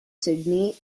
sydney